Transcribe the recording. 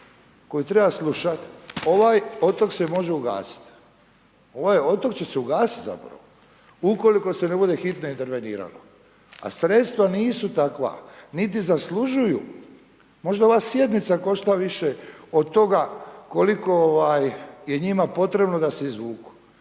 koju treba slušat, ovaj otok se može ugasiti. Ovaj otok će se ugasiti zapravo ukoliko se ne bude hitno interveniralo, a sredstva nisu takva niti zaslužuju, možda ova sjednica košta više od toga koliko je njima potrebno da se izvuku.